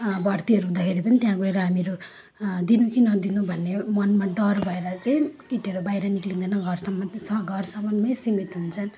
भर्तीहरू हुँदाखेरि पनि त्यहाँ गएर हामीहरू दिनु कि नदिनु भन्ने मनमा डर भएर चाहिँ केटीहरू बाहिर निक्लिँदैन घरसम्म मात्रै छ घरसम्ममै सीमित हुन्छन्